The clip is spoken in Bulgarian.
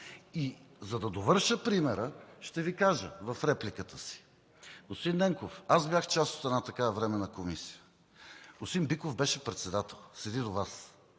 И за да довърша примера ще Ви кажа в репликата си. Господин Ненков, аз бях част от една такава Временна комисия. Господин Биков беше председател – седи до Вас.